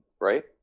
right